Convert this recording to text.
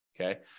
Okay